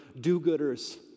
do-gooders